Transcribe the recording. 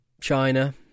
China